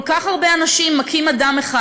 כל כך הרבה אנשים מכים אדם אחד.